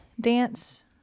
dance